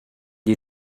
die